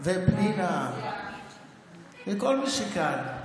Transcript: ופנינה וכל מי שכאן.